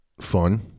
fun